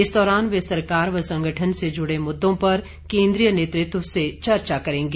इस दौरान वे सरकार व संगठन से जुड़े मुद्दों पर केन्द्रीय नेतृत्व से चर्चा करेंगे